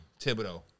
Thibodeau